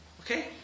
Okay